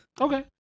Okay